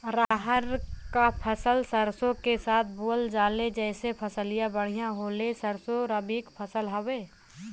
रहर क फसल सरसो के साथे बुवल जाले जैसे फसलिया बढ़िया होले सरसो रबीक फसल हवौ